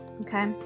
okay